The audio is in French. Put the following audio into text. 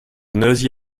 nosy